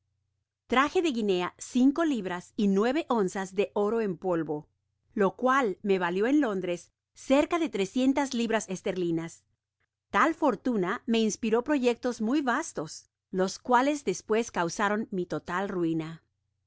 traje de guinea cinco libras y nueve onzas de oro en polvo lo cual me valio en londres cerca de trescientas libras esterlinas tal fortuna me inspiró proyectos muy vastos los cuales despues causaron mi total ruina